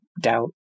doubt